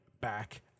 back